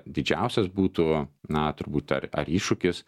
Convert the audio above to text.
didžiausias būtų na turbūt ar iššūkis